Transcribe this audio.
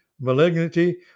malignity